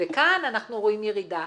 כאן אנחנו רואים ירידה.